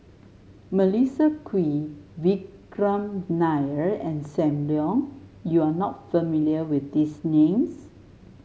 Melissa Kwee Vikram Nair and Sam Leong you are not familiar with these names